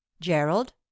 gerald